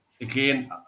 Again